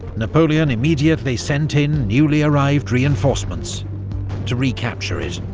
napoleon immediately sent in newly-arrived reinforcements to recapture it.